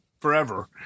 forever